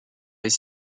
est